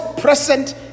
present